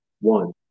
One